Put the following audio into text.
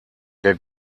der